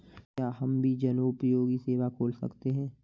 क्या हम भी जनोपयोगी सेवा खोल सकते हैं?